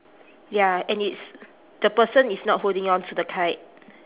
ya and it's the person is not holding on to the kite